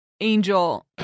angel